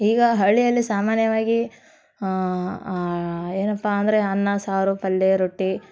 ಈಗ ಹಳ್ಳಿಯಲ್ಲಿ ಸಾಮಾನ್ಯವಾಗಿ ಏನಪ್ಪ ಅಂದರೆ ಅನ್ನ ಸಾರು ಪಲ್ಯ ರೊಟ್ಟಿ